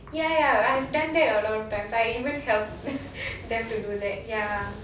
ya ya I've done that a lot of times I even helped them to do that ya